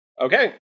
Okay